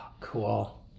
Cool